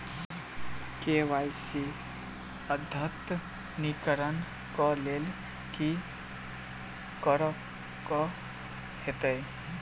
KYC अद्यतनीकरण कऽ लेल की करऽ कऽ हेतइ?